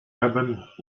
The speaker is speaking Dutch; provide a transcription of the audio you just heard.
hebben